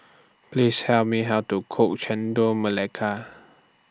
Please Tell Me How to Cook Chendol Melaka